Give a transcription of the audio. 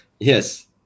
yes